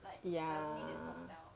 ya